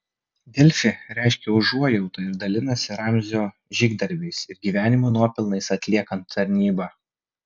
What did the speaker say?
delfi reiškia užuojautą ir dalinasi ramzio žygdarbiais ir gyvenimo nuopelnais atliekant tarnybą